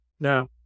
Now